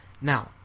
now